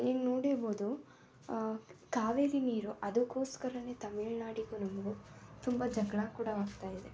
ಈಗ ನೋಡಿರ್ಬೋದು ಕಾವೇರಿ ನೀರು ಅದಕ್ಕೋಸ್ಕರ ತಮಿಳುನಾಡಿಗೂ ನಮಗೂ ತುಂಬ ಜಗಳ ಕೂಡ ಆಗ್ತಾಯಿದೆ